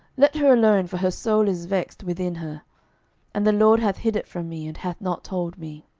let her alone for her soul is vexed within her and the lord hath hid it from me, and hath not told me.